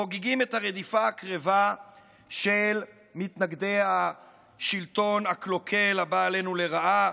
חוגגים את הרדיפה הקרבה של מתנגדי השלטון הקלוקל הבא עלינו לרעה,